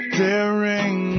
daring